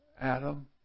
Adam